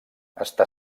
està